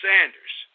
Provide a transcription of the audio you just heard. Sanders